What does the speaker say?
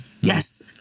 Yes